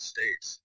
States